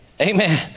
Amen